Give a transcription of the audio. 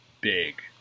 big